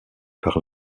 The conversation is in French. par